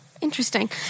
Interesting